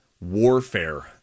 warfare